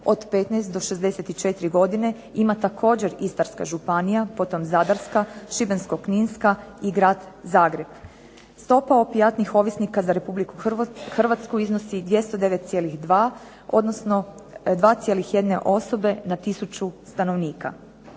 od 15 do 64 godine ima također Istarska županija, potom Zadarska, Šibensko-kninska i grad Zagreb. Stopa opijatnih ovisnika za Republiku Hrvatsku iznosi 209,2 odnosno 2,1 osobe na 1000 stanovnika.